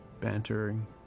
bantering